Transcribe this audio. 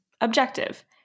objective